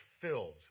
filled